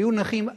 היו נכים.